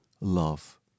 love